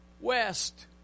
west